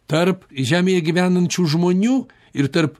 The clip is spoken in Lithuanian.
tarp žemėje gyvenančių žmonių ir tarp